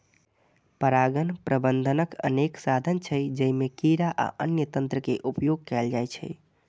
परागण प्रबंधनक अनेक साधन छै, जइमे कीड़ा आ अन्य तंत्र के उपयोग कैल जाइ छै